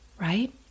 right